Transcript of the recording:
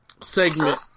segment